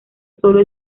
solo